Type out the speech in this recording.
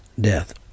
death